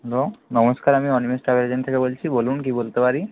hello নমস্কার আমি Animesh travel agent থেকে বলছি বলুন কী বলতে পারি